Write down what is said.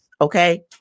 Okay